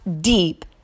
deep